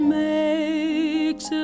makes